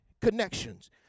connections